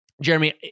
Jeremy